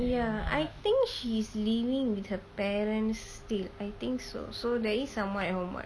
ya I think she's living with her parents still I think so so there is someone at home what